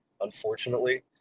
unfortunately